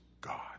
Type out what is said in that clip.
god